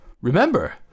remember